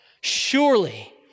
surely